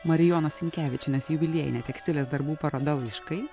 marijonos sinkevičienės jubiliejinė tekstilės darbų paroda laiškai